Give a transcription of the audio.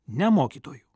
ne mokytojų